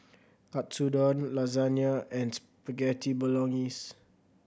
Katsudon Lasagna and Spaghetti Bolognese